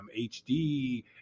HD